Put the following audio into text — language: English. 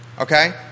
Okay